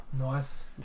Nice